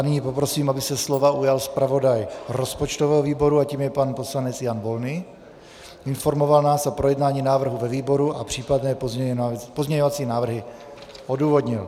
Nyní poprosím, aby se slova ujal zpravodaj rozpočtového výboru, a tím je pan poslanec Jan Volný, informoval nás o projednání návrhu ve výboru a případné pozměňovací návrhy odůvodnil.